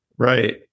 Right